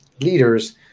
leaders